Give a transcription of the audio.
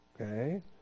Okay